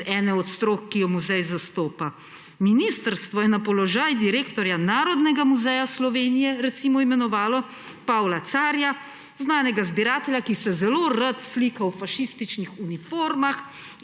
iz ene od strok, ki jo muzej zastopa. Ministrstvo je na položaj direktorja Narodnega muzeja Slovenije, recimo, imenovalo Pavla Carja, znanega zbiratelja, ki se zelo rad slika v fašističnih uniformah